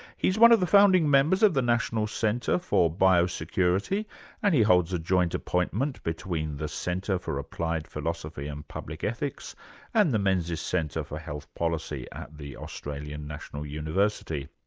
he's one of the founding members of the national centre for biosecurity and he holds a joint appointment between the centre for applied philosophy and public ethics and the menzies centre for health policy at the australian national university.